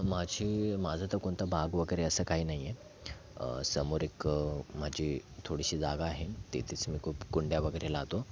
माझी माझं तर कोणतं बाग वगैरे असं काही नाही आहे समोर एक माझी थोडीशी जागा आहे ती तीच मी खूप कुंड्या वगैरे लावतो